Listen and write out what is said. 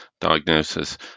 diagnosis